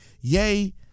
yay